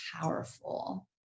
powerful